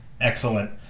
excellent